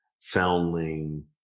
foundling